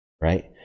right